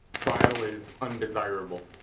trial is undesirable.